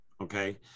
Okay